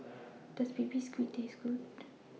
Does Baby Squid Taste Good